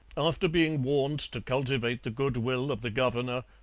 after being warned to cultivate the goodwill of the governor,